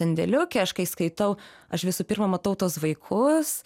sandėliuke aš kai skaitau aš visų pirma matau tuos vaikus